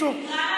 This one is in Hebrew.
לבנקים,